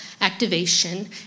activation